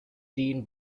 seen